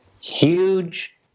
Huge